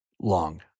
long